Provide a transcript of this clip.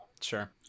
Sure